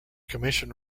commission